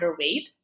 underweight